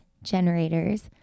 generators